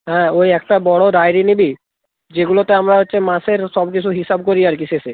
হ্যাঁ ওই একটা বড়ো ডায়রি নিবি যেগুলোতে আমরা হচ্ছে মাসের সব কিছু হিসাব করি আর কি শেষে